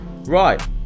Right